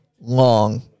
long